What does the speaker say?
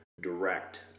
direct